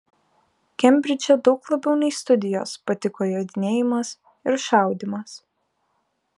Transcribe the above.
kembridže daug labiau nei studijos patiko jodinėjimas ir šaudymas